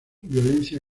violencia